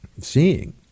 seeing